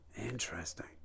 interesting